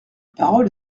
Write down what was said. parole